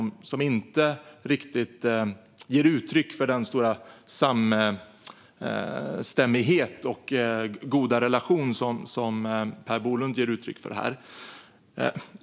De ger inte riktigt uttryck för den stora samstämmighet och goda relation som Per Bolund ger uttryck för här.